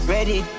Ready